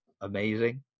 amazing